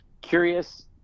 curious